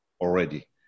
already